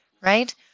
right